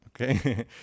Okay